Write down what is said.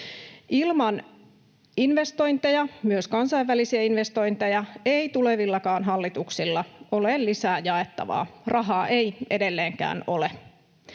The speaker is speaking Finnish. myös kansainvälisiä investointeja, ei tulevillakaan hallituksilla ole lisää jaettavaa. Rahaa ei edelleenkään ole.